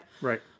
Right